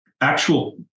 actual